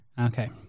Okay